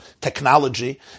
technology